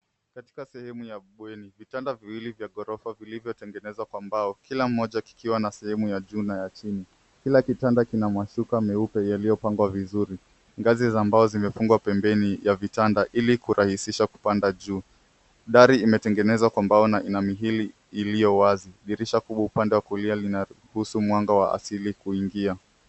Katika sehemu ya bweni vitanda viwili vya ghorofa vilivyotengenezwa kwa mbao, kila moja kikiwa na sehemu ya juu na ya chimi. Kila kitanda kina mashuka meupe yaliyopangwa vizuri. Ngazi za mbao zimefungwa pembeni ya vitanda ili kurahisisha kupanda juu. Dari imetengenezwa kwa mbao na ina miili iliyo wazi. Dirisha kubwa upande wa kulia linaruhusu mwanga wa asili kuingia.